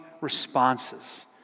responses